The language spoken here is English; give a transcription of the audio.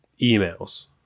emails